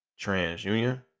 TransUnion